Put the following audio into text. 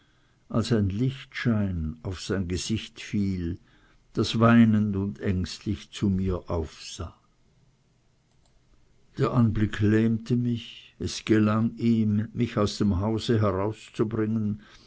als ein lichtschein auf sein gesicht fiel das weinend und ängstlich zu mir aufsah der anblick lähmte mich es gelang ihm mich aus dem hause herauszubringen